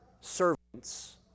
servants